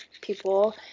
people